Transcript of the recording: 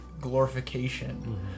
glorification